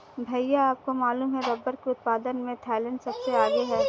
भैया आपको मालूम है रब्बर के उत्पादन में थाईलैंड सबसे आगे हैं